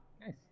Nice